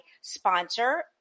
sponsor